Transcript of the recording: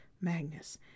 Magnus